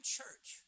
church